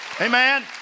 Amen